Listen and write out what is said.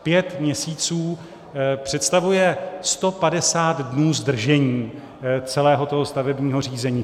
Pět měsíců představuje 150 dnů zdržení celého toho stavebního řízení.